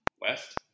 West